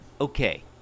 Okay